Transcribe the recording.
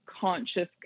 conscious